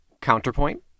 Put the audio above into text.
Counterpoint